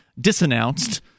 disannounced